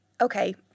okay